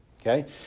Okay